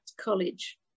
college